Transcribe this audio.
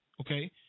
Okay